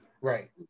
Right